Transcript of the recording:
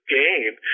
game